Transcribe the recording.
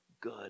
good